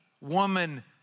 woman